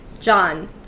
John